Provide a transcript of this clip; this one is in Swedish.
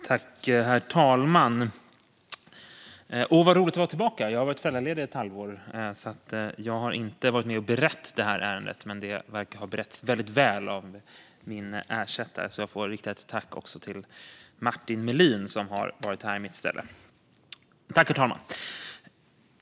Herr talman! Åh, vad roligt det är att vara tillbaka! Jag har varit föräldraledig ett halvår, så jag har inte varit med och berett detta ärende. Men det verkar ha beretts väldigt väl av min ersättare. Jag får rikta ett tack till Martin Melin, som varit här i mitt ställe. Herr talman!